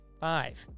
five